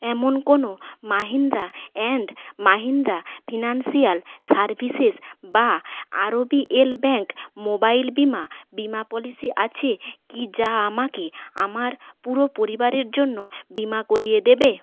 এমন কোনো Mahindra and Mahindra financial services বা আরবিএল ব্যাংক মোবাইল বিমা বিমা পলিসি আছে কি যা আমাকে আমার পুরো পরিবারের জন্য বিমা করিয়ে দেবে